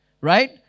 Right